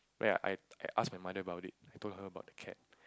ya I I ask my mother about it I told her about the cat